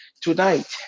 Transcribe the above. Tonight